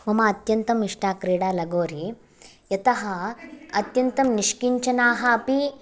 मम अत्यन्तम् इष्टा क्रीडा लगोरि यतः अत्यन्तं निष्किञ्चनाः अपि